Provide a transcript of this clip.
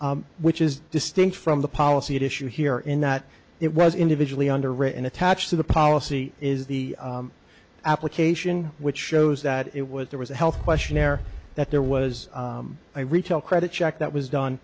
underwriting which is distinct from the policy at issue here in that it was individually underwritten attached to the policy is the application which shows that it was there was a health questionnaire that there was a retail credit check that was done